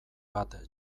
bat